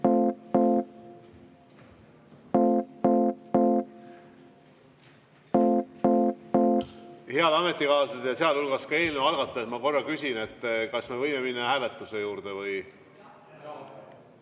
Head ametikaaslased, sealhulgas ka eelnõu algatajad! Ma korra küsin, kas me võime minna hääletuse juurde või ...